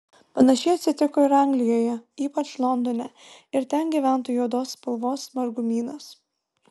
panašiai atsitiko ir anglijoje ypač londone ir ten gyventojų odos spalvos margumynas